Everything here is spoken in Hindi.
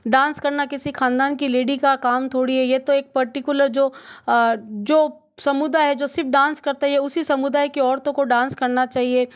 डांस करना किसी खानदान की लैडी का काम थोड़ी है ये तो एक पर्टिकुलर जो जो समुदाय है जो सिर्फ डांस करता है ये उसी समुदाय की औरतों को डांस करना चाहिए